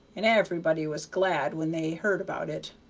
and everybody was glad when they heard about it.